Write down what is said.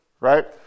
right